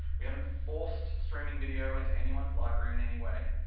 we haven't forced streaming video into anyone's library in any way,